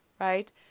right